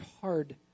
hard